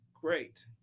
Great